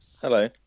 Hello